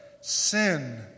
sin